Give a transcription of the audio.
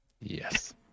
Yes